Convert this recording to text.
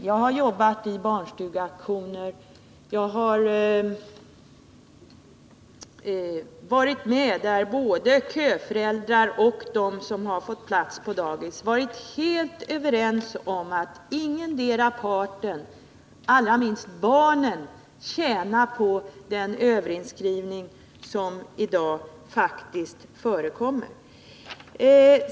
Jag har jobbat i barnstugeaktioner, jag har varit med där både köföräldrar och föräldrar till barn som fått plats på dagis varit helt överens om att ingendera parten — allra minst barnen — tjänar på den överinskrivning som i dag faktiskt förekommer.